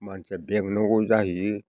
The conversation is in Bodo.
मानसिया बेंनांगौ जाहैयो